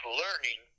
learning